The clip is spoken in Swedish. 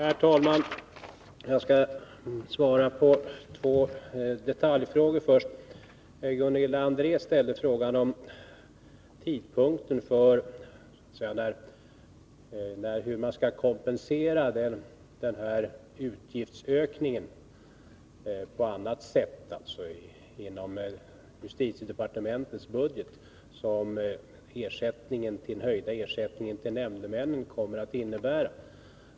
Herr talman! Jag skall först svara på två detaljfrågor. Gunilla André frågade när och hur man skall kompensera den utgiftsökning inom justitiedepartementets budget som den höjda ersättningen till nämndemännen kommer att innebära.